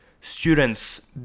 Students